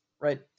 Right